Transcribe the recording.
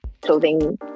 clothing